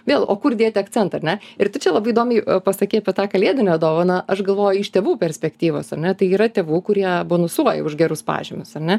vėl o kur dėt akcentą ar ne ir tu čia labai įdomiai pasakei apie tą kalėdinę dovaną aš galvoju iš tėvų perspektyvos ar ne tai yra tėvų kurie bonusuoja už gerus pažymius ar ne